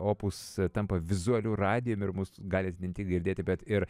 opus tampa vizualiu radiju ir mus galit ne tik girdėti bet ir